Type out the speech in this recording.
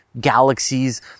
galaxies